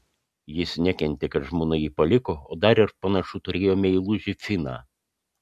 jis nekentė kad žmona jį paliko o dar ir panašu turėjo meilužį finą